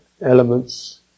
elements